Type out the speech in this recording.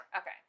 Okay